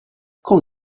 con